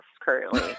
currently